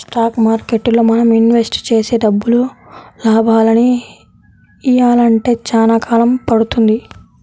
stock మార్కెట్టులో మనం invest చేసే డబ్బులు లాభాలనియ్యాలంటే చానా కాలం పడుతుంది